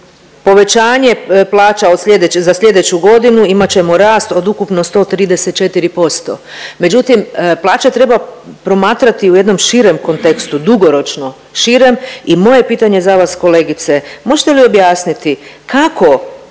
od sljedeće, za sljedeću godinu, imat ćemo rast od ukupno 134%. Međutim, plaće treba promatrati u jednom širom kontekstu, dugoročno, širem i moje pitanje za vas, kolegice, možete li objasniti kako